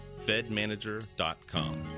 fedmanager.com